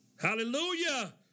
Hallelujah